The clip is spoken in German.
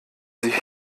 sich